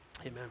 amen